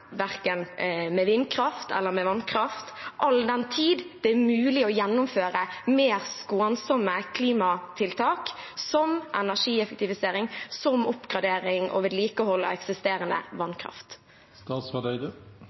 verken med vindkraft eller med vannkraft, all den tid det er mulig å gjennomføre mer skånsomme klimatiltak som energieffektivisering og oppgradering og vedlikehold av eksisterende